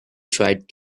tried